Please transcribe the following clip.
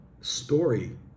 story